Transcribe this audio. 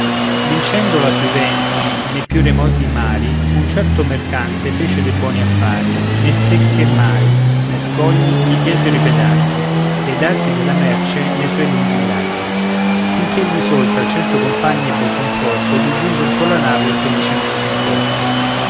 fortuna vincendola sui venti nei più remoti mari un certo mercatante fece de buoni affari né secche mai né scogli gli chiesero i pedaggi e i dazi della merce ne suoi lunghi viaggi fin ch'egli sol tra cento compagni ebbe il conforto di giunger colla nave felicemente in porto